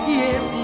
yes